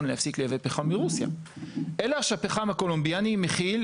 להפסיק לייבא פחם מרוסיה אלא שהפחם הקולומביאני מכיל,